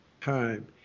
time